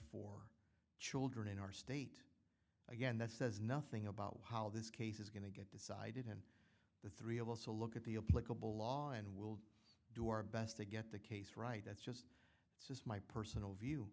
for children in our state again that says nothing about how this case is going to get decided in the three of us a look at the law and we'll do our best to get the case right that's just it's just my personal view